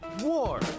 war